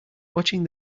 watching